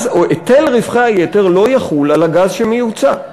מס או היטל רווחי היתר לא יחול על הגז שמיוצא.